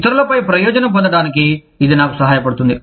ఇతరులపై ప్రయోజనం పొందడానికి ఇది నాకు సహాయపడుతుంది